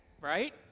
right